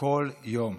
כל יום.